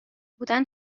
بودن